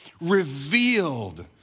revealed